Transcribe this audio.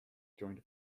joined